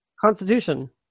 Constitution